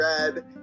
red